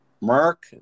Mark